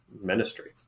ministry